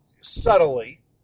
subtly